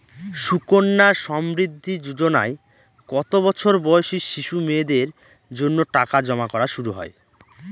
সুকন্যা সমৃদ্ধি যোজনায় কত বছর বয়সী শিশু মেয়েদের জন্য টাকা জমা করা শুরু হয়?